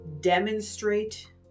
demonstrate